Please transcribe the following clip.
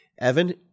Evan